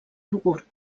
iogurt